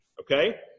Okay